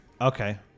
Okay